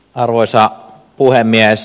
arvoisa puhemies